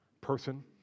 person